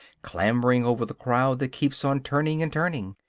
clambering over the crowd that keeps on turning and turning.